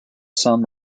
some